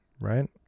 right